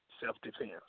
self-defense